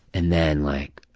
and then like